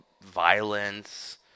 violence